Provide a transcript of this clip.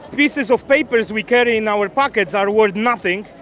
pieces of paper we carry in our pockets are worth nothing,